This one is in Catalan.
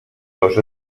dos